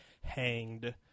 hanged